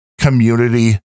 community